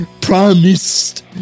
promised